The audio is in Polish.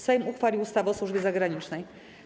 Sejm uchwalił ustawę o służbie zagranicznej.